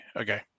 Okay